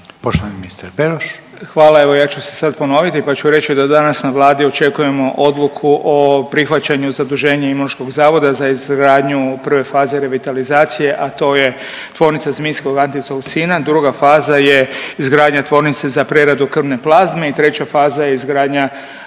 **Beroš, Vili (HDZ)** Hvala, evo ja ću se sad ponoviti pa ću reći da danas na Vladi očekujemo odluku o prihvaćanju zaduženja Imunološkog zavoda za izgradnju prve faze revitalizacije, a to je tvornica zmijskog …/Govornik se ne razumije./… druga faza je izgradnja tvornice za preradu krvne plazme i treća faza je izgradnja